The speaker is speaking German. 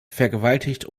vergewaltigt